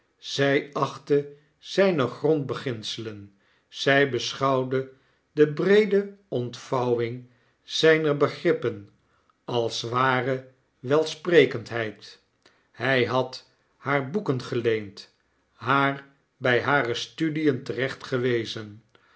zy achtte zyne grondbeginselen zij beschouwde de breede ontvouwing zyner begrippen als ware welsprekendheid hy had haar boeken geleend haar bij hare studien terecht gewezen